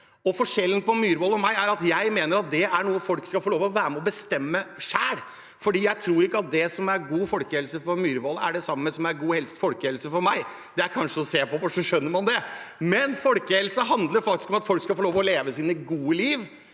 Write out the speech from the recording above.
på representanten Myrvold og meg er at jeg mener at det er noe folk skal få være med og bestemme selv. Jeg tror ikke at det som er god folkehelse for Myrvold, er det samme som er god folkehelse for meg. Det er bare å se på oss, så skjønner man det. Folkehelse handler om at folk skal få lov til å leve sitt gode liv,